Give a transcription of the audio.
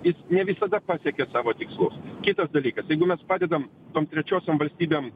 jis ne visada pasiekia savo tikslus kitas dalykas jeigu mes padedam tom trečiosiom valstybėm